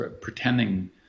pretending